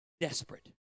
desperate